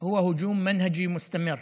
היא מתקפת